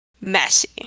messy